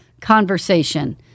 conversation